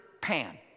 Pan